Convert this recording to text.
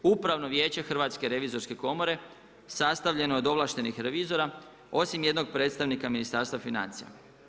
Upravno vijeće Hrvatske revizorske komore sastavljano je od ovlaštenih revizora osim jednog predstavnika Ministarstva financija.